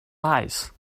lice